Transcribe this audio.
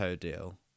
deal